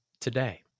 today